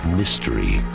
mystery